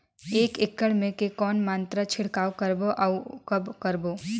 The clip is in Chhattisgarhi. एक एकड़ मे के कौन मात्रा छिड़काव करबो अउ कब करबो?